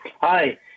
Hi